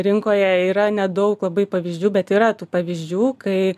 rinkoje yra nedaug labai pavyzdžių bet yra tų pavyzdžių kai